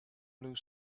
blue